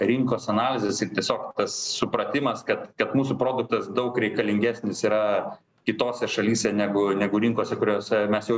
rinkos analizės ir tiesiog supratimas kad kad mūsų produktas daug reikalingesnis yra kitose šalyse negu negu rinkose kuriose mes jau